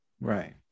Right